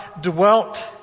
dwelt